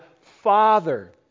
Father